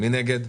מי נגד?